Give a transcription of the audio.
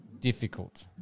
difficult